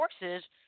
forces